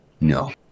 No